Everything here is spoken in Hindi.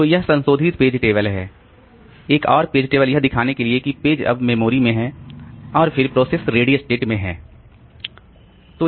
तो यह संशोधित पेज टेबल है एक और टेबल यह दिखाने के लिए है कि पेज अब मेमोरी में है और फिर प्रोसेस रेडी स्टेट में है